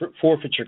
forfeiture